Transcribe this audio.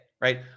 right